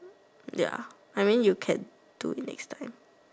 ya I mean you can do next time